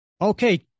Okay